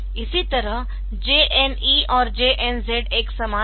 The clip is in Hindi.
इसी तरह JNE और JNZ एक समान है